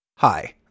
Hi